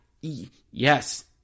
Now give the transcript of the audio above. yes